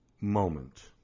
moment